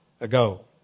ago